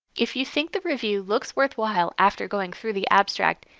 if you think the review looks worthwhile after going through the abstract,